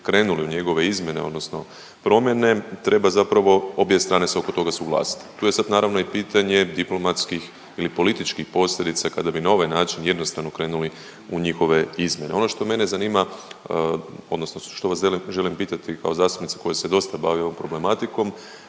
krenuli u njegove izmjene odnosno promjene treba zapravo obje strane se oko toga suglasiti. Tu je sad naravno i pitanje diplomatskih ili političkih posljedica kada bi na ovaj način jednostrano krenuli u njihove izmjene. Ono što mene zanima odnosno što vas želim pitati kao zastupnicu koja se dosta bavi ovom problematikom.